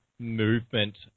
movement